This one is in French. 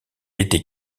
était